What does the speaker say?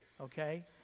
okay